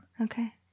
Okay